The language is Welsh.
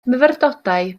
myfyrdodau